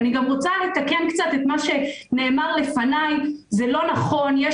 אני רוצה לתקן גם את מה שנאמר לפניי בנוגע להוכחות המדעיות.